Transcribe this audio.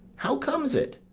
how comes it?